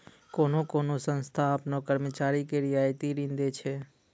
कोन्हो कोन्हो संस्था आपनो कर्मचारी के रियायती ऋण दै छै